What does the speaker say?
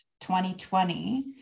2020